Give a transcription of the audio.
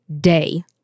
day